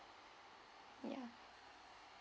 ya